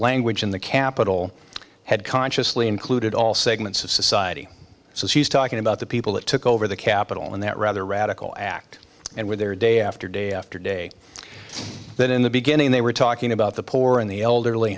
language in the capital had consciously included all segments of society so she's talking about the people that took over the capital in that rather radical act and were there day after day after day that in the beginning they were talking about the poor and the elderly